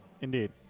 Indeed